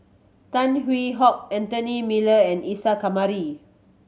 Tan Hwee Hock Anthony Miller and Isa Kamari